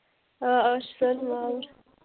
آ آ أسۍ چھِ تام آؤرۍ